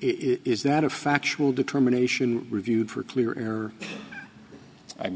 is that a factual determination reviewed for clear error i'm